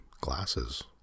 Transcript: glasses